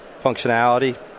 functionality